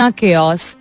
chaos